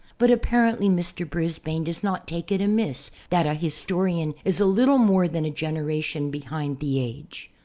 but apparently mr. brisbane does not take it amiss that a historian is a little more than a generation behind the age.